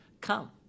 come